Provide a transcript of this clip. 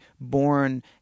born